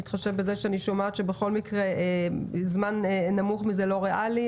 בהתחשב בזה שאני שומעת שבכל מקרה זמן קצר מזה הוא לא ריאלי,